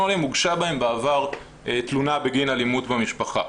עליהם הוגשה בהם בעבר תלונה בגין אלימות במשפחה.